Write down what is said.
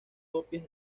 copias